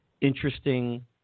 interesting